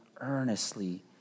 earnestly